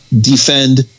defend